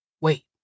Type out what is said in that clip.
Wait